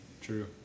True